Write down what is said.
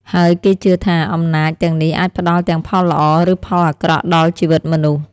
ហើយគេជឿថា អំណាចទាំងនេះអាចផ្តល់ទាំងផលល្អ ឬផលអាក្រក់ដល់ជីវិតមនុស្ស។